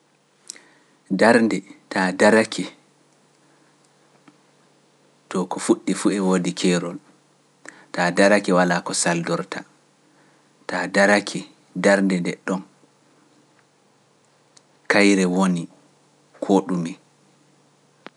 Darnde taa darake, to ko fuɗɗi fu e woodi keerol, taa darake walaa ko saldorta, taa darake darnde nde ɗon kayre woni koo ɗume.